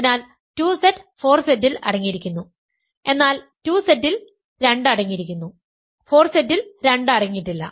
അതിനാൽ 2Z 4Z ൽ അടങ്ങിയിരിക്കുന്നു എന്നാൽ 2Z ൽ 2 അടങ്ങിയിരിക്കുന്നു 4Z ൽ 2 അടങ്ങിയിട്ടില്ല